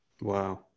Wow